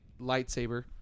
lightsaber